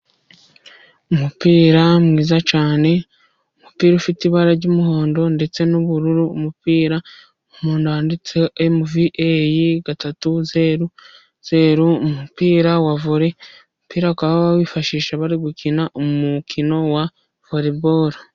Umupira mwiza cyane, umupira ufite ibara ry'umuhondo ndetse n'ubururu, umupira munda handitseho emuviyeyi gatatu zeru zeru, umupira wa vole, umupira baka bawifashisha bari gukina umukino wa vole bolo.